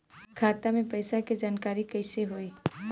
खाता मे पैसा के जानकारी कइसे होई?